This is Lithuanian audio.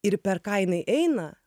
ir per ką jinai eina